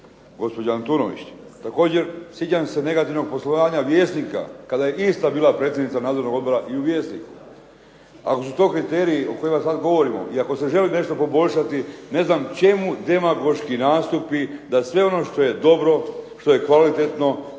gospođa Antunović. Također, sjećam se negativnog poslovanja "Vjesnika" kada je ista bila predsjednica nadzornog odbora i u "Vjesniku". Ako su to kriteriji o kojima sad govorimo i ako se želi nešto poboljšati ne znam čemu demagoški nastupi da sve ono što je dobro, što je kvalitetno,